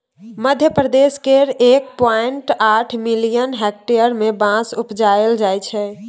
मध्यप्रदेश केर एक पॉइंट आठ मिलियन हेक्टेयर मे बाँस उपजाएल जाइ छै